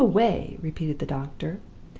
running away repeated the doctor.